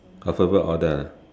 alphabet order ah